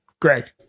Greg